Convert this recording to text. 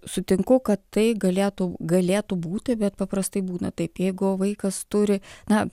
sutinku kad tai galėtų galėtų būti bet paprastai būna taip jeigu vaikas turi na